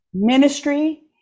ministry